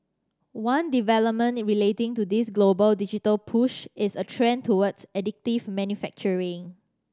one development relating to this global digital push is a trend towards additive manufacturing